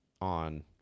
on